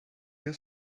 hear